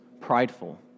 prideful